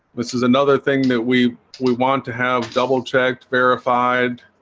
this is another thing that we we want to have double-checked verified